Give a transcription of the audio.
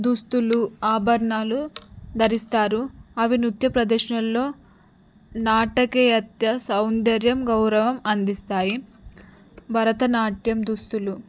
దుస్తులు ఆభరణాలు ధరిస్తారు అవి నృత్య ప్రదర్శనల్లో నాటకీయత సౌందర్యం గౌరవం అందిస్తాయి భరతనాట్యం దుస్తులు